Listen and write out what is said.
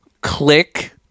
Click